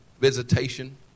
visitation